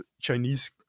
Chinese